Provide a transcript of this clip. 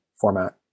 format